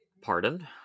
Pardon